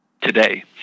today